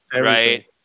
right